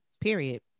Period